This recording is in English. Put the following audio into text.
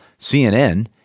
CNN